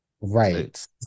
Right